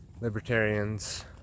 libertarians